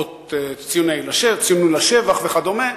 ציונים לשבח וכדומה,